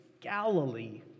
Galilee